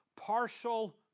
partial